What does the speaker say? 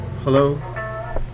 hello